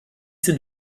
sind